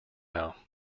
now